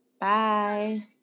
Bye